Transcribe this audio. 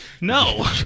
no